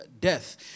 death